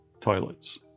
toilets